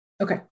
okay